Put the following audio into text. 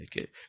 Okay